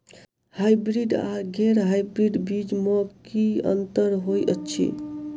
Hybrids आ गैर hybrids बीज म की अंतर होइ अछि?